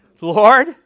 Lord